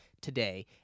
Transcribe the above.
today